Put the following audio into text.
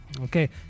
Okay